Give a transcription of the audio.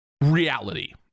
reality